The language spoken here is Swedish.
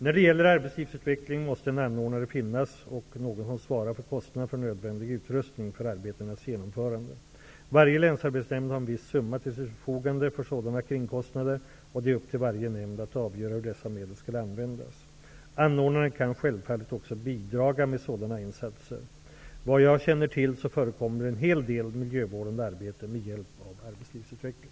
När det gäller arbetslivsutveckling måste en anordnare finnas och någon som svarar för kostnaderna för nödvändig utrustning för arbetenas genomförande. Varje länsarbetsnämnd har en viss summa till sitt förfogande för sådana kringkostnader, och det är upp till varje nämnd att avgöra hur dessa medel skall användas. Anordnaren kan självfallet också bidra med sådana insatser. Vad jag känner till förekommer det en hel del miljövårdande arbete med hjälp av arbetslivsutveckling.